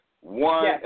One